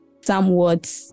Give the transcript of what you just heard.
somewhat